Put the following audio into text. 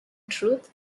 truth